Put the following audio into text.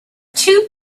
two